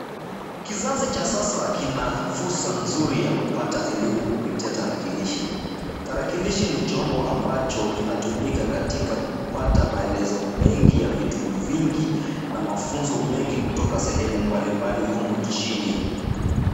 Kisasi cha sasa kina fursa nzuri ya kupata elimu kupitia tarakilishi. Tarakilishi ni chombo ambacho kinatumika katika kupata maelezo mengi ya vitu vingi na mafunzo mengi kutoka sehemu mbalimbali humu nchini.